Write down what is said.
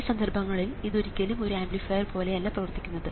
അതിനാൽ ഈ സന്ദർഭങ്ങളിൽ ഇത് ഒരിക്കലും ഒരു ആംപ്ലിഫയർ പോലെയല്ല പ്രവർത്തിക്കുന്നത്